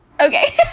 Okay